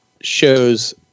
show's